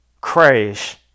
crash